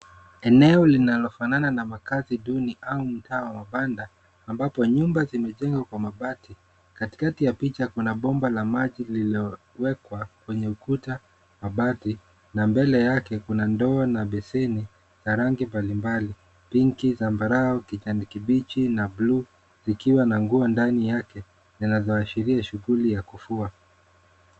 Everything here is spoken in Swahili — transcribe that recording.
Eneo linalofanana na makazi duni au mtaa wa banda ambapo nyumba zimejengwa kwa mabati ,katikati ya picha kuna bomba la maji lililowekwa kwenye ukuta wa bati na mbele yake kuna ndoo na besheni na rangi mbalimbali pinki, zambarau, kijani kibichi na buluu ikiwa na nguo ndani yake yanayoashiria shughuli ya kufua.